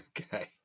Okay